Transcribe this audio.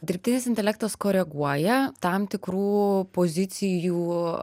dirbtinis intelektas koreguoja tam tikrų pozicijų